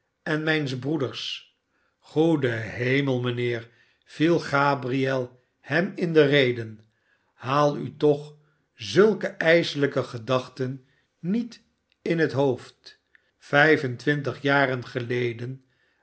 en mijns broeders goedehemel mijnheer viel gabriel hem in de rede haal u toch zulke ijselijke gedachten niet in het hoofd vijf en twintig jaren geleden